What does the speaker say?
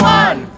one